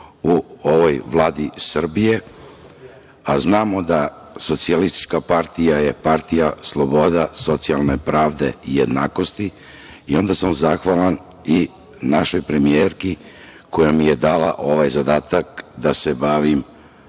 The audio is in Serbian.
u ovoj Vladi Srbije, a znamo da SPS je partija sloboda, socijalne pravde i jednakosti, i onda sam zahvalan i našoj premijerki koja mi je dala ovaj zadatak da se bavim